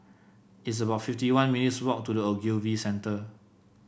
it's about fifty one minutes' walk to The Ogilvy Centre